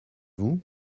vous